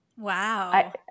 Wow